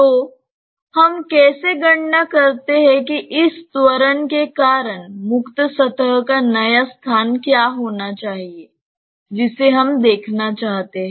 तो हम कैसे गणना करते हैं कि इस त्वरण के कारण मुक्त सतह का नया स्थान क्या होना चाहिए जिसे हम देखना चाहते हैं